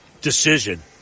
decision